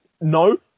no